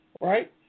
Right